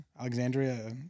Alexandria